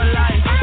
life